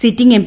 sitting M